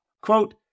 Quote